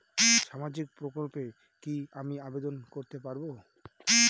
সামাজিক প্রকল্পে কি আমি আবেদন করতে পারবো?